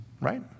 right